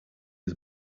was